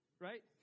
right